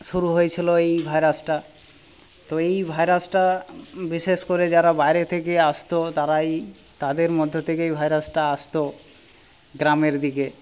শুরু হয়েছিলো এই ভাইরাসটা তো এই ভাইরাসটা বিশেষ করে যারা বাইরে থেকে আসতো তারাই তাদের মধ্যে থেকেই ভাইরাসটা আসতো গ্রামের দিকে